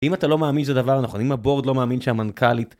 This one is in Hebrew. אם אתה לא מאמין שזה דבר נכון, אם הבורד לא מאמין שהמנכ'לית...